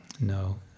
No